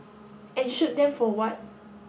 and shoot them for what